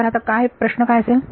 तर आता प्रश्न काय असेल